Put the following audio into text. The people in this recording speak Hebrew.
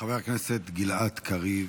חבר הכנסת גלעד קריב,